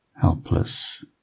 helpless